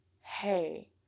hey